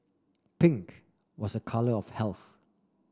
pink was a colour of health